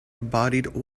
bodied